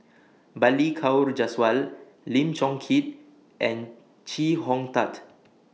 Balli Kaur Jaswal Lim Chong Keat and Chee Hong Tat